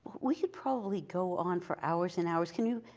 we could probably go on for hours and hours. can you,